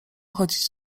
chodzić